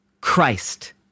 Christ